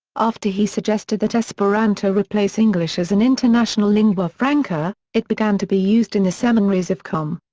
after he suggested that esperanto replace english as an international lingua franca, it began to be used in the seminaries of qom.